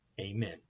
Amen